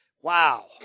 wow